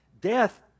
death